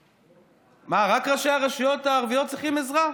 מה, רק ראשי הרשויות הערביות צריכים עזרה?